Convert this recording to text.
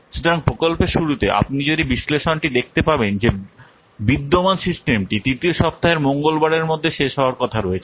সুতরাং প্রকল্পের শুরুতে আপনি যদি বিশ্লেষণটি দেখতে পাবেন যে বিদ্যমান সিস্টেমটি তৃতীয় সপ্তাহের মঙ্গলবারের মধ্যে শেষ হওয়ার কথা রয়েছে